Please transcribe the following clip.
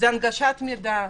הנגשת המידע.